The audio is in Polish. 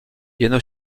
jeno